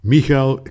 Michael